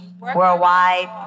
worldwide